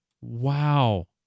Wow